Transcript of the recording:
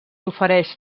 ofereix